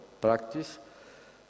practice